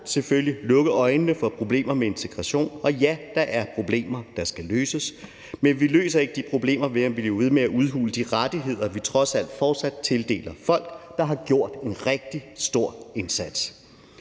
selvfølgelig, lukke øjnene for problemer med integration, og ja, der er problemer, der skal løses. Men vi løser ikke de problemer ved at blive ved med at udhule de rettigheder, vi trods alt fortsat tildeler folk, der har gjort en rigtig stor indsats.